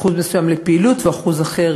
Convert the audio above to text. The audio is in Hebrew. אחוז מסוים לפעילות ואחוז אחר